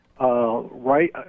Right